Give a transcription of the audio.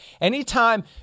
Anytime